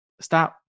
stop